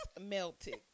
melted